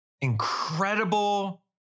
incredible